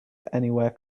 anywhere